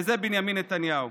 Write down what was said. וזה בנימין נתניהו.